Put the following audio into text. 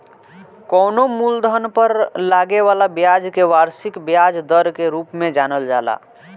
कवनो मूलधन पर लागे वाला ब्याज के वार्षिक ब्याज दर के रूप में जानल जाला